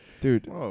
Dude